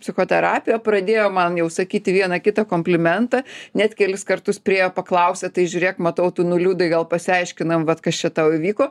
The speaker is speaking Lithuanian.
psichoterapiją pradėjo man jau sakyti vieną kitą komplimentą net kelis kartus priėjo paklausia tai žiūrėk matau tu nuliūdai gal pasiaiškinam vat kas čia tau įvyko